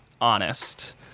honest